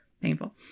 Painful